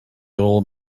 old